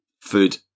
food